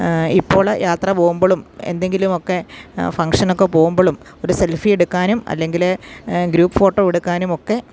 ഇപ്പോൾ യാത്ര പോവുമ്പോളും എന്തെങ്കിലുമൊക്കെ ഫങ്ഷനൊക്കെ പോകുമ്പോളും ഒരു സെൽഫി എടുക്കാനും അല്ലെങ്കിൽ ഗ്രൂപ്പ് ഫോട്ടോ എടുക്കാനും ഒക്കെ